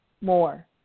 more